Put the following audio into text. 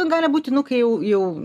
gali būti nu kai jau jau